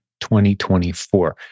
2024